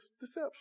deception